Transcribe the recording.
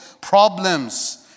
problems